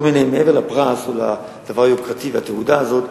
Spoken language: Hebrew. מעבר לפרס או לדבר היוקרתי והתעודה הזאת,